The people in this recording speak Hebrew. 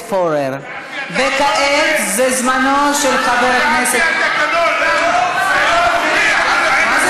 וכעת זמנו של חבר הכנסת, זה על-פי